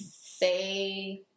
say